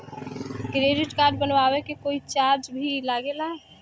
Credit card बनवावे के कोई चार्ज भी लागेला?